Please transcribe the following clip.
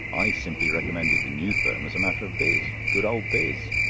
i simply recommended the new firm as a matter of biz good old biz!